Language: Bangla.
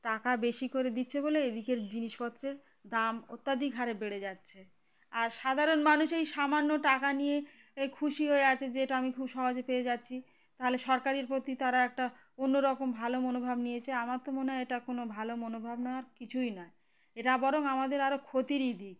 টাকা বেশি করে দিচ্ছে বলে এদিকের জিনিসপত্রের দাম অত্যধিক হারে বেড়ে যাচ্ছে আর সাধারণ মানুষ এই সামান্য টাকা নিয়ে এ খুশি হয়ে আছে যে এটা আমি খুব সহজে পেয়ে যাচ্ছি তাহলে সরকারের প্রতি তারা একটা অন্যরকম ভালো মনোভাব নিয়েছে আমার তো মনে হয় এটা কোনো ভালো মনোভাব নেওয়ার কিছুই নয় এটা বরং আমাদের আরও ক্ষতিরই দিক